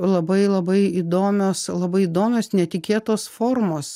labai labai įdomios labai įdomios netikėtos formos